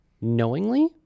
knowingly